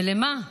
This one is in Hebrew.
ולמה?